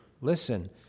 Listen